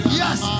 yes